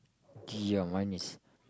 yeah mine is